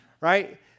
right